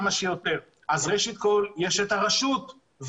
את הרשות.